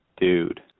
Dude